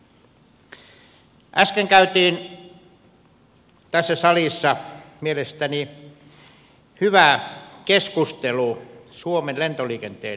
äsken käytiin tässä salissa mielestäni hyvä keskustelu suomen lentoliikenteen merkityksestä